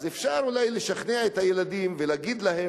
היה אפשר אולי לשכנע את הילדים ולומר להם